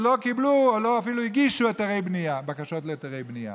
לא קיבלו או אפילו עוד לא הגישו בקשות להיתרי בנייה.